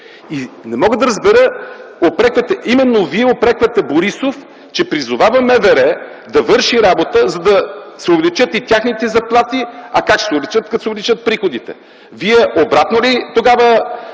Не мога да разбера, именно Вие упреквате Борисов, че призовава МВР да върши работа, за да се увеличат и техните заплати. Как ще се увеличат? Като се увеличат приходите. Вие обратно ли